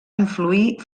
influir